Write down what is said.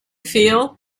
feel